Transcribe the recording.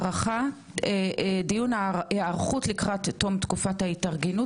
דיון הארכות לקראת תום תקופת ההתארגנות